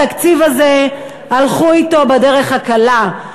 התקציב הזה, הלכו אתו בדרך הקלה.